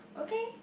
okay